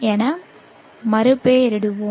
என மறுபெயரிடுவோம்